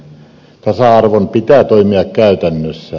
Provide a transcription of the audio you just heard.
tasa arvon pitää toimia käytännössä